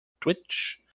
Twitch